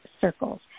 circles